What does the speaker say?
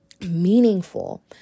meaningful